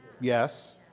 yes